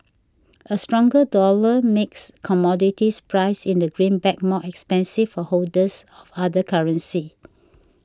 a stronger dollar makes commodities priced in the greenback more expensive for holders of other currency